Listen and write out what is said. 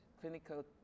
clinical